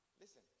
Listen